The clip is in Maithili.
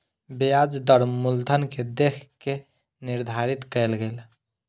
ब्याज दर मूलधन के देख के निर्धारित कयल गेल